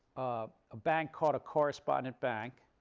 ah bank called a correspondent bank,